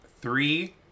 Three